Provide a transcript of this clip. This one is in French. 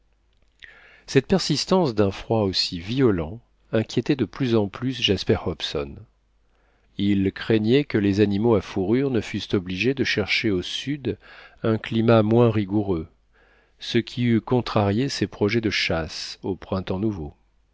cette persistance d'un froid aussi violent inquiétait de plus en plus jasper hobson il craignait que les animaux à fourrures ne fussent obligés de chercher au sud un climat moins rigoureux ce qui eût contrarié ses projets de chasse au printemps nouveau